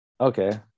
Okay